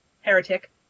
heretic